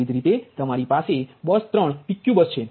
તે જ રીતે તમારી પાસે બસ 3 PQ બસ છે